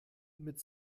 mit